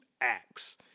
acts